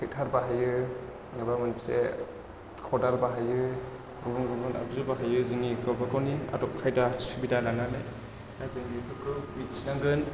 टेकटार बाहायो एबा मोनसे खदाल बाहायो गुबुन गुबुन आगजु बाहायो जोंनि गावबा गावनि आदब खायदा सुबिदा लानानै दा जों बेफोरखौ मिथिनांगोन